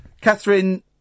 Catherine